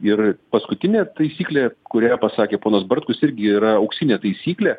ir paskutinė taisyklė kurią pasakė ponas bartkus irgi yra auksinė taisyklė